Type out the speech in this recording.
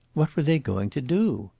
what were they going to do?